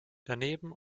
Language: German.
daneben